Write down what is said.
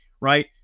right